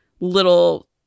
little